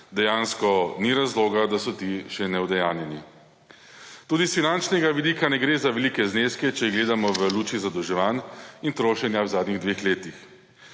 dejansko ni razloga, da so ti še neudejanjeni. Tudi s finančnega vidika ne gre za velike zneske, če gledamo v luči zadolževanj in trošenja v zadnjih dveh letih.